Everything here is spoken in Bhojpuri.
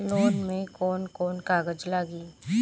लोन में कौन कौन कागज लागी?